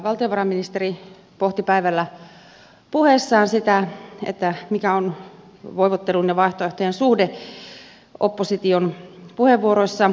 valtiovarainministeri pohti päivällä puheessaan sitä mikä on voivottelun ja vaihtoehtojen suhde opposition puheenvuoroissa